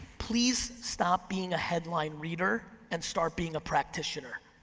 please stop being a headline reader and start being a practitioner.